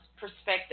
perspective